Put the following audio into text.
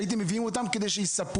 שהייתם מביאים אותם כדי שיספרו.